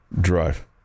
drive